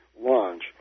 launch